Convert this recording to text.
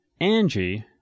Angie